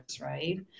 Right